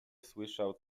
słyszał